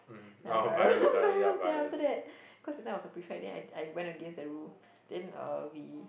ya virus virus then after that cause that night I was prefect then I I went against the rule then uh we